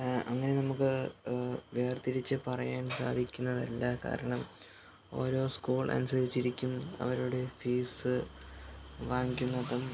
അങ്ങനെ നമുക്ക് വേർതിരിച്ച് പറയാൻ സാധിക്കുന്നതല്ല കാരണം ഓരോ സ്കൂൾ അനുസരിച്ച് ഇരിക്കും അവരുടെ ഫീസ് വാങ്ങിക്കുന്നതും